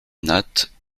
nattes